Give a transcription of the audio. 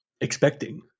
expecting